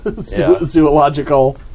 zoological